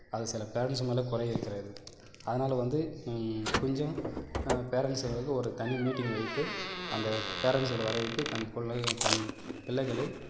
அது சில பேரண்ட்ஸு மேலே குறை இருக்கிறது அதனால் வந்து கொஞ்சம் பேரண்ட்ஸுங்களுக்கு ஒரு தனி மீட்டிங் வைத்து அந்த பேரண்ட்ஸுகளை வர வைத்து தன் பிள்ளை தன் பிள்ளைகளை